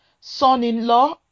son-in-law